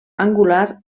angular